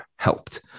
helped